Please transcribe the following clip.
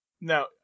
Now